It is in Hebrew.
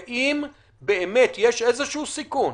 ואם באמת יש איזשהו סיכון,